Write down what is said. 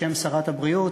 בשם שרת הבריאות,